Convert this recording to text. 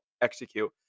execute